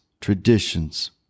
traditions